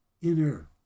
inner